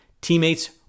teammates